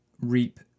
reap